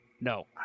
no